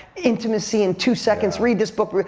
intimacy in two seconds, read this book.